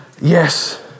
yes